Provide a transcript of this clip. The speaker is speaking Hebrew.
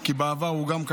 אבל, אחזק מפה את